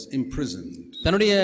imprisoned